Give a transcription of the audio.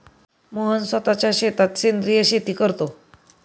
मोहन स्वतःच्या शेतात सेंद्रिय शेती करतो